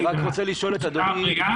אני רק רוצה לשאול את אדוני.